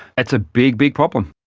it's a big, big problem.